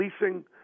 leasing